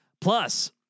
Plus